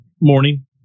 morning